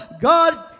God